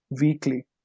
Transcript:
weekly